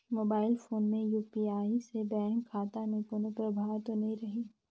Mobile phone मे UPI से bank खाता मे कोनो प्रभाव तो नइ रही?